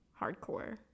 hardcore